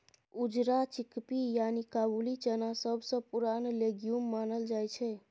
उजरा चिकपी यानी काबुली चना सबसँ पुरान लेग्युम मानल जाइ छै